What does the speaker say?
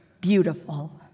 beautiful